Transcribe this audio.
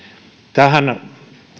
tähän